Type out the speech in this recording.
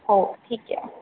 हो ठीक आहे